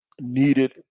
needed –